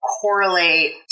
correlate